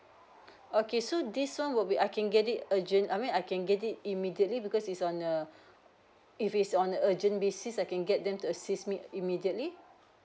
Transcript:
okay so this one would be I can get it urgent I mean I can get it immediately because it's on err if it's on urgent basis I can get them to assist me immediately